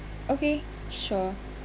okay sure